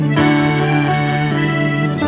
night